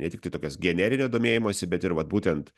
ne tiktai tokias generinio domėjimosi bet ir vat būtent